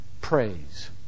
praise